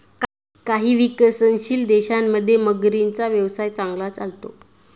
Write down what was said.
काही विकसनशील देशांमध्ये मगरींचा व्यवसाय चांगला चालतो